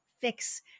fix